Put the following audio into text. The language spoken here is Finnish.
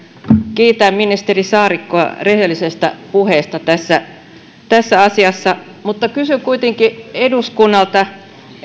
kiitän ministeri saarikkoa rehellisestä puheesta tässä tässä asiassa mutta kysyn kuitenkin eduskunnalta